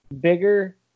bigger